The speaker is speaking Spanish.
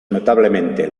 notablemente